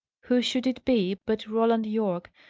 who should it be, but roland yorke?